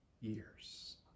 years